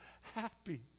happy